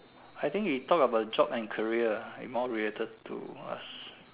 I think we talk about job and career more related to us